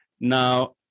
Now